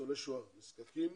ניצולי שואה נזקקים